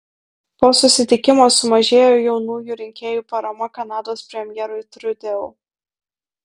po susitikimo sumažėjo jaunųjų rinkėjų parama kanados premjerui trudeau